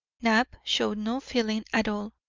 knapp showed no feeling at all,